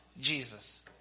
Jesus